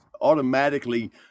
automatically